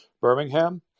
Birmingham